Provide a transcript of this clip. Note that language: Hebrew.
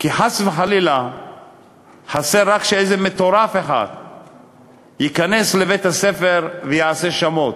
כי חס וחלילה חסר רק שאיזה מטורף אחד ייכנס לבית-הספר ויעשה שמות.